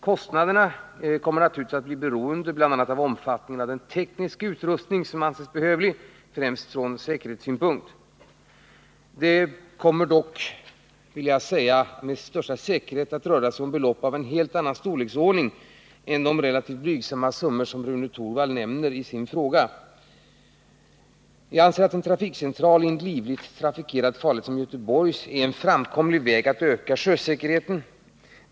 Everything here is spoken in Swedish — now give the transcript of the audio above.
Kostnaderna i sammanhanget kommer naturligtvis att bli beroende av bl.a. omfattningen av den tekniska utrustning som kan anses behövlig från främst säkerhetssynpunkt. Det torde dock med största säkerhet komma att röra sig om belopp av en helt annan storleksordning än de relativt blygsamma summor som Rune Torwald nämner i sin fråga. Jag anser att en trafikcentral i en livligt trafikerad farled som Göteborgs är en framkomlig väg att öka sjösäkerheten.